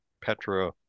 Petra